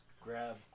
grab